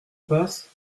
passe